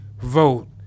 vote